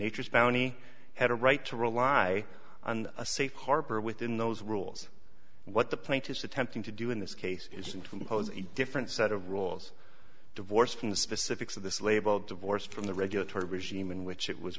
any had a right to rely on a safe harbor within those rules and what the plaintiffs attempting to do in this case isn't to pose a different set of rules divorced from the specifics of this label divorced from the regulatory regime in which it was